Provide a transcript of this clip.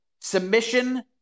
submission